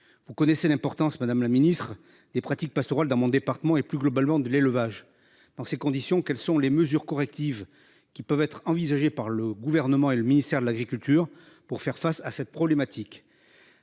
Vous connaissez l'importance Madame la Ministre des pratiques pastorales dans mon département et plus globalement de l'élevage. Dans ces conditions, quelles sont les mesures correctives qui peuvent être envisagées par le gouvernement et le ministère de l'agriculture pour faire face à cette problématique.